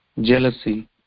jealousy